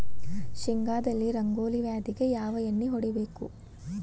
ಶೇಂಗಾದಲ್ಲಿ ರಂಗೋಲಿ ವ್ಯಾಧಿಗೆ ಯಾವ ಎಣ್ಣಿ ಹೊಡಿಬೇಕು?